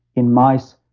in mice,